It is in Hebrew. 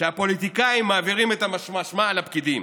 שהפוליטיקאים מעבירים את האשמה לפקידים.